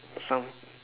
some